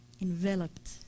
Enveloped